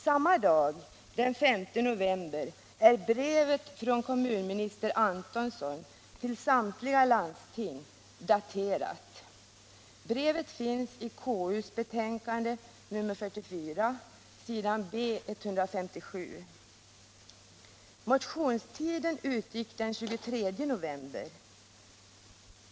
Samma dag, den 5 november, är brevet från kommunminister Antonsson till samtliga landsting daterat. Brevet finns i KU:s betänkande nr 44, s. B 157. Motionstiden utgick den 23 november.